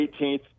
18th